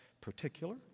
particular